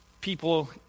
people